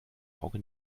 auge